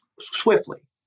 swiftly